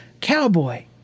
cowboy